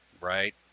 right